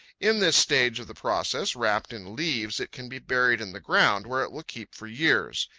in this stage of the process, wrapped in leaves, it can be buried in the ground, where it will keep for years.